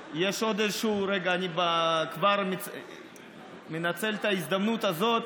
רגע, אני כבר מנצל את ההזדמנות הזאת.